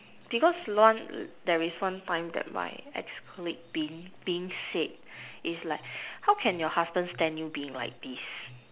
because one there is one time that my ex colleague being being said is like how can your husband stand you being like this